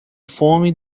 fome